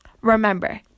Remember